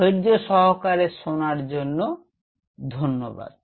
ধৈর্য সহকারে শোনার জন্য ধন্যবাদ